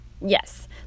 Yes